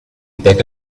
peca